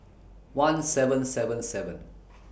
one seven seven seven